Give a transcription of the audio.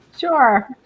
Sure